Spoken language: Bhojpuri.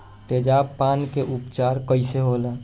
तेजाब पान के उपचार कईसे होला?